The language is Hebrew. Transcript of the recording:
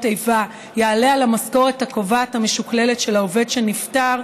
איבה יעלה על המשכורת הקובעת המשוקללת של העובד שנפטר,